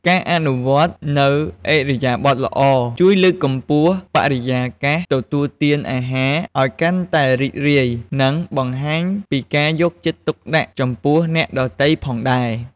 ការអនុវត្តនូវឥរិយាបថល្អជួយលើកកម្ពស់បរិយាកាសទទួលទានអាហារឱ្យកាន់តែរីករាយ និងបង្ហាញពីការយកចិត្តទុកដាក់ចំពោះអ្នកដទៃផងដែរ។